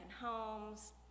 homes